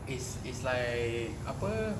is is like apa